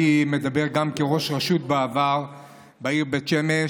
אני מדבר גם כראש רשות בעבר בעיר בית שמש.